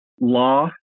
law